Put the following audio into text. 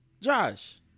Josh